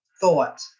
thought